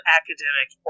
academic